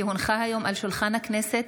כי הונחה היום על שולחן הכנסת,